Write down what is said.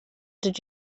did